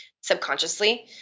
subconsciously